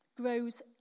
grows